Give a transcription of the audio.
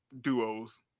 duos